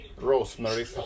rosemary